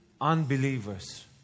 unbelievers